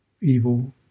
evil